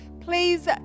Please